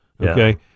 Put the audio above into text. Okay